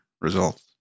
results